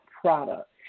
product